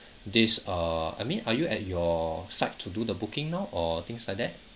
this uh I mean are you at your side to do the booking now or things like that